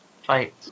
fight